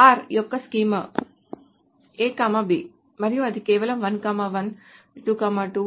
r యొక్క schema A B మరియు అది కేవలం 1 1 మరియు 2 2